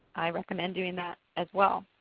i recommend doing that as well.